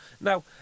Now